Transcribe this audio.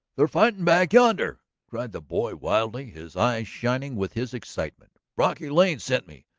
they're fighting back yonder! cried the boy wildly, his eyes shining with his excitement. brocky lane sent me.